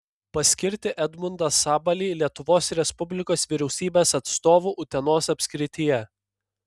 paskirti edmundą sabalį lietuvos respublikos vyriausybės atstovu utenos apskrityje